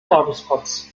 werbespots